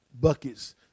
Buckets